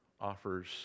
offers